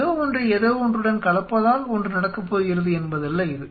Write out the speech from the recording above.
ஏதோ ஒன்றை ஏதோ ஒன்றுடன் கலப்பதால் ஒன்று நடக்கப் போகிறது என்பதல்ல இது